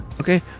Okay